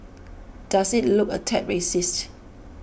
does it look a tad racist